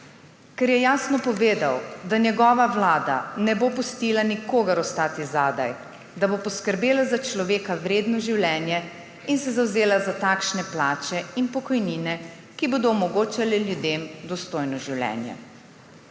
Ker je jasno povedal, da njegova vlada ne bo pustila nikogar zadaj, da bo poskrbela za človeka vredno življenje in se zavzela za takšne plače in pokojnine, ki bodo omogočale ljudem dostojno življenje.